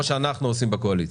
כמו שאנחנו עושים בקואליציה.